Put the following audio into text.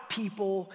people